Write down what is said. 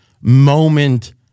moment